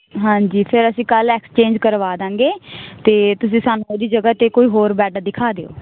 ਹਾਂਜੀ ਫਿਰ ਅਸੀਂ ਕੱਲ੍ਹ ਐਕਸਚੇਂਜ ਕਰਵਾ ਦਾਂਗੇ ਤਾਂ ਤੁਸੀਂ ਸਾਨੂੰ ਉਹਦੀ ਜਗ੍ਹਾ 'ਤੇ ਕੋਈ ਹੋਰ ਬੈੱਡ ਦਿਖਾ ਦਿਓ